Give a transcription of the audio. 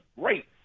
great